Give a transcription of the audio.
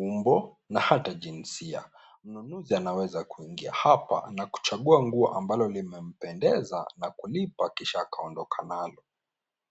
umbo na hata jinsia. Mnunuzi anaweza kuingia hapa na kuchagua nguo ambalo limempendeza na kulipa kisha akaondoka nalo.